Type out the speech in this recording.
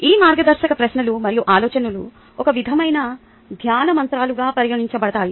ఈ మార్గదర్శక ప్రశ్నలు మరియు ఆలోచనలు ఒక విధమైన ధ్యాన మంత్రాలుగా పరిగణించబడతాయి